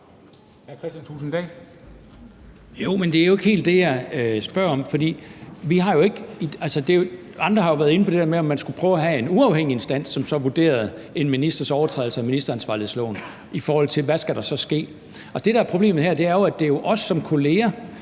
Men det er jo ikke helt det, jeg spørger om. Andre har været inde på det der med, om man skulle prøve at have en uafhængig instans, som vurderede en ministers overtrædelse af ministeransvarlighedsloven, i forhold til hvad der så skal ske. Altså, det, der er problemet her, er jo, at det er os som kolleger,